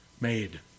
made